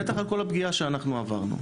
בטח על כל הפגיעה שאנחנו עברנו.